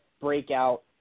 breakout